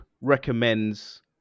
recommends